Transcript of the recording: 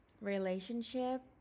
relationship